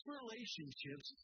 relationships